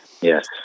Yes